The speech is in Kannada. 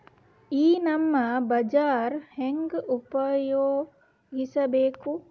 ಈ ನಮ್ ಬಜಾರ ಹೆಂಗ ಉಪಯೋಗಿಸಬೇಕು?